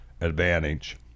advantage